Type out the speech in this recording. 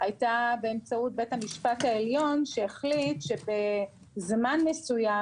הייתה באמצעות בית המשפט העליון שהחליט שבזמן מסוים,